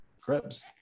Krebs